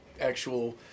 actual